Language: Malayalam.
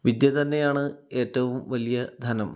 വിദ്യ തന്നെയാണ് ഏറ്റവും വലിയ ധനം